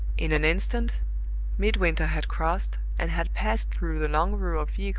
in an instant midwinter had crossed, and had passed through the long row of vehicles,